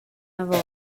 avon